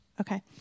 Okay